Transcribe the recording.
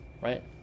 right